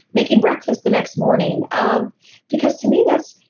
making breakfast the next morning um because to me, that's.